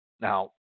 Now